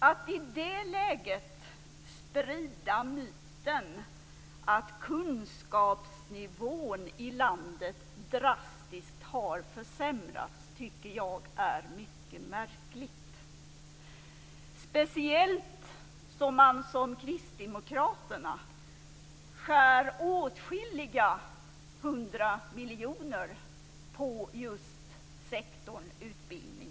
Att i det läget sprida myten att kunskapsnivån i landet drastiskt har försämrats tycker jag är mycket märkligt, speciellt om man som kristdemokraterna skär åtskilliga hundra miljoner på just sektorn utbildning.